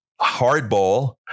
hardball